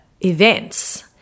events